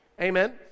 Amen